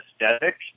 aesthetic